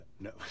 No